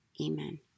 Amen